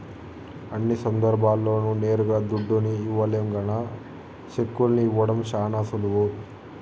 అన్ని సందర్భాల్ల్లోనూ నేరుగా దుడ్డుని ఇవ్వలేం గాన సెక్కుల్ని ఇవ్వడం శానా సులువు